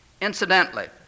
Incidentally